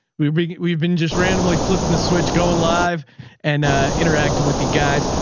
we, we we've been just randomly flipping the switch, going live and interacting with the guys.